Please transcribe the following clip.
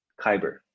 Kyber